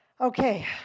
Okay